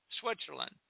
Switzerland